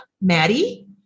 Maddie